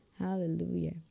hallelujah